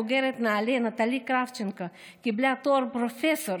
בוגרת נעל"ה נטלי קרבצ'נקו קיבלה תואר פרופסור